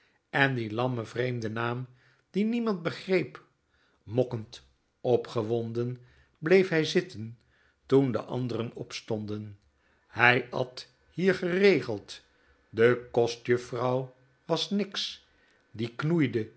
en die lamme vreemde naam die niemand begreep mokkend opgewonden bleef hij zitten toen de anderen opstonden hij at hier geregeld de kostjuffrouw was niks die knoeide